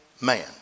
man